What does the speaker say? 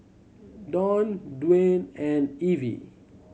Don Dwane and Evie